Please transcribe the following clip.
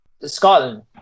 scotland